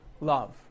love